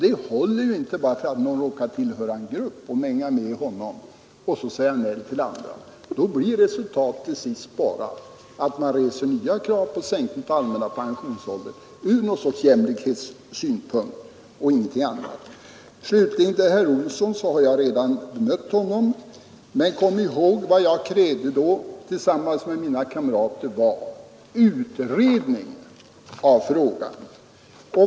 Bara därför att han tillhör en viss grupp kan man inte gärna mänga med honom och säga nej till andra — då blir resultatet bara att det reses andra krav på sänkningar av pensionsåldern ur jämlikhetssynpunkt. Herr Olsson i Stockholm har jag redan bemött. Men kom ihåg att jag tillsammans med mina kamrater krävde utredning i frågan.